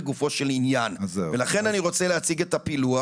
לגופו של עניין ולכן אני רוצה להציג את הפילוח,